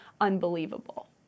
unbelievable